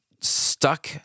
stuck